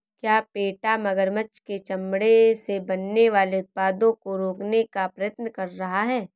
क्या पेटा मगरमच्छ के चमड़े से बनने वाले उत्पादों को रोकने का प्रयत्न कर रहा है?